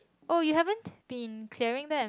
oh you haven't been clearing them